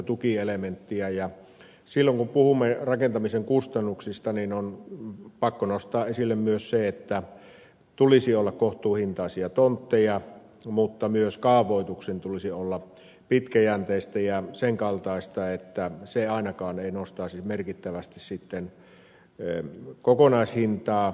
silloin kun puhumme rakentamisen kustannuksista niin on pakko nostaa esille myös se että tulisi olla kohtuuhintaisia tontteja mutta myös kaavoituksen tulisi olla pitkäjänteistä ja sen kaltaista että se ainakaan ei nostaisi merkittävästi kokonaishintaa